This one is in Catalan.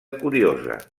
curiosa